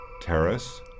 Terrace